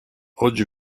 oggi